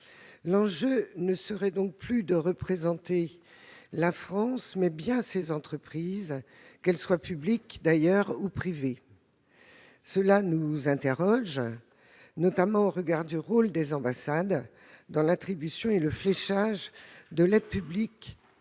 L'enjeu serait donc de représenter non plus la France, mais bien ses entreprises, qu'elles soient publiques ou privées. Cela nous laisse perplexes, notamment au regard du rôle des ambassades dans l'attribution et le fléchage de l'aide publique